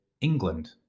England